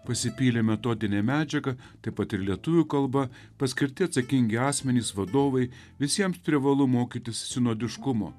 pasipylė metodinė medžiaga taip pat ir lietuvių kalba paskirti atsakingi asmenys vadovai visiems privalu mokytis sinodiškumo